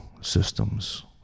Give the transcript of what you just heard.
systems